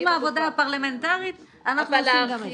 עם העבודה הפרלמנטרית אנחנו עושים גם את זה.